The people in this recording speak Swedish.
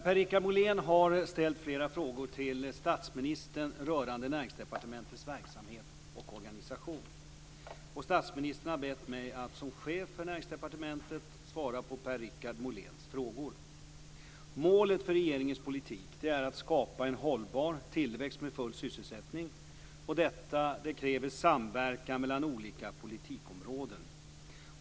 Per-Richard Molén har ställt flera frågor till statsministern rörande Näringsdepartements verksamhet och organisation. Statsministern har bett mig att som chef för Näringsdepartementet svara på Per-Richard Moléns frågor. Målet för regeringens politik är att skapa en hållbar tillväxt med full sysselsättning. Detta kräver samverkan mellan olika politikområden.